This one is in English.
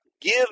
give